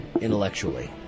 intellectually